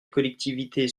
collectivités